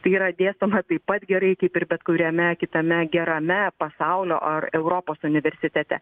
tai yra dėstoma taip pat gerai kaip ir bet kuriame kitame gerame pasaulio ar europos universitete